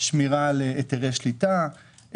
שמירה על היתרי שליטה,